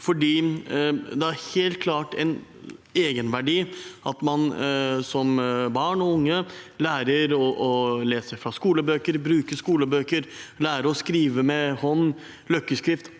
Det har helt klart en egenverdi at man som barn og ung lærer å lese fra skolebøker, bruker skolebøker og lærer å skrive for hånd, lærer løkkeskrift